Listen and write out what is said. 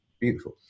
beautiful